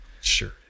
sure